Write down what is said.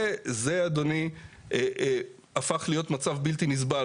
זה הפך להיות מצב בלתי נסבל.